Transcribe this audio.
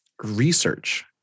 research